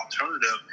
alternative